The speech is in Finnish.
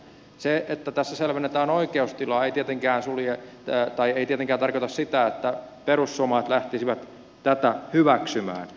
se että tässä selvennetään oikeustilaa ei tietenkään sovi jättää tai ei tietenkään tarkoita sitä että perussuomalaiset lähtisivät tätä hyväksymään